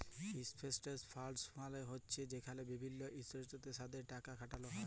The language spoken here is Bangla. ইলভেসেটমেল্ট ফালড মালে হছে যেখালে বিভিল্ল ইলভেস্টরদের সাথে টাকা খাটালো হ্যয়